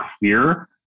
clear